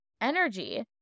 energy